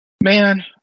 man